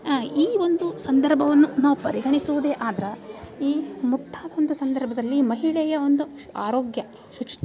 ಹಾಂ ಈ ಒಂದು ಸಂದರ್ಭವನ್ನು ನಾವು ಪರಿಗಣಿಸುವುದೇ ಆದ್ರೆ ಈ ಮುಟ್ಟಾದಂಥ ಸಂದರ್ಭದಲ್ಲಿ ಮಹಿಳೆಯ ಒಂದು ಶು ಆರೋಗ್ಯ ಶುಚಿತ್ವ